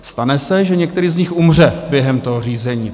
Stane se, že některý z nich umře během toho řízení.